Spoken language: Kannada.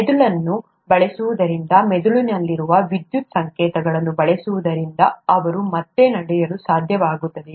ಮೆದುಳನ್ನು ಬಳಸುವುದರಿಂದ ಮೆದುಳಿನಲ್ಲಿರುವ ವಿದ್ಯುತ್ ಸಂಕೇತಗಳನ್ನು ಬಳಸುವುದರಿಂದ ಅವರು ಮತ್ತೆ ನಡೆಯಲು ಸಾಧ್ಯವಾಗುತ್ತದೆಯೇ